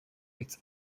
its